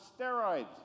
steroids